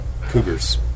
Cougars